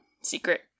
secret